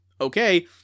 okay